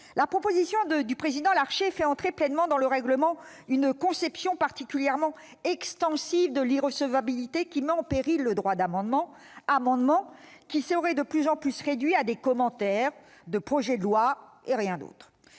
La proposition du président Larcher fait entrer pleinement dans le règlement une conception particulièrement extensive de l'irrecevabilité, qui met en péril le droit d'amendement. En effet, les amendements seraient de plus en plus réduits à des commentaires de projets de loi et ne